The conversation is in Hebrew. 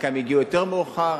חלקם הגיעו יותר מאוחר,